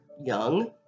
young